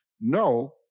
No